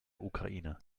ukraine